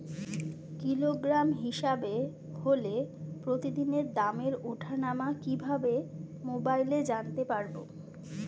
Kilogram হিসাবে হলে প্রতিদিনের দামের ওঠানামা কিভাবে মোবাইলে জানতে পারবো?